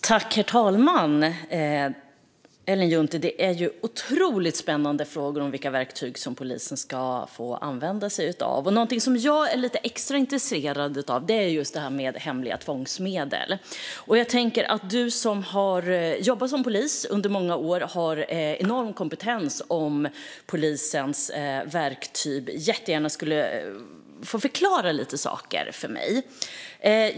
Herr talman! Det är otroligt spännande frågor som Ellen Juntti tar upp om vilka verktyg polisen ska få använda sig av. Något som jag är lite extra intresserad av är det här med hemliga tvångsmedel. Jag tänker att Ellen Juntti som har jobbat som polis under många år har enorm kompetens i fråga om polisens verktyg. Hon får jättegärna förklara lite för mig.